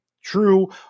true